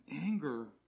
anger